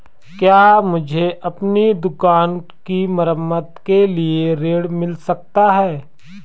क्या मुझे अपनी दुकान की मरम्मत के लिए ऋण मिल सकता है?